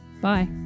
Bye